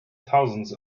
thousands